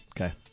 Okay